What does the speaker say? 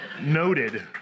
noted